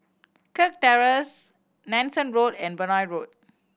Kirk Terrace Nanson Road and Benoi Road